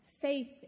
faith